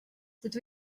dydw